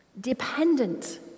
dependent